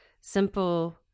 simple